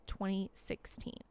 2016